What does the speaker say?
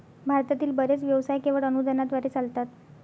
भारतातील बरेच व्यवसाय केवळ अनुदानाद्वारे चालतात